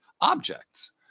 objects